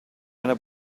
della